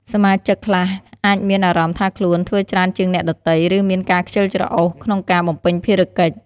សមាជិកខ្លះអាចមានអារម្មណ៍ថាខ្លួនធ្វើច្រើនជាងអ្នកដទៃ ឬមានការខ្ជិលច្រអូសក្នុងការបំពេញភារកិច្ច។